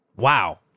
wow